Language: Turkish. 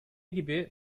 gibi